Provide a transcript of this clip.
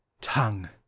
Tongue